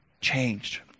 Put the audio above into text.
changed